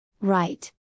Right